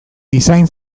design